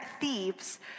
thieves